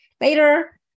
later